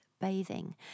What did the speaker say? Bathing